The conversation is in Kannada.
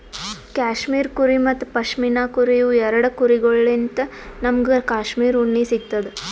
ಕ್ಯಾಶ್ಮೀರ್ ಕುರಿ ಮತ್ತ್ ಪಶ್ಮಿನಾ ಕುರಿ ಇವ್ ಎರಡ ಕುರಿಗೊಳ್ಳಿನ್ತ್ ನಮ್ಗ್ ಕ್ಯಾಶ್ಮೀರ್ ಉಣ್ಣಿ ಸಿಗ್ತದ್